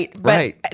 right